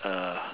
uh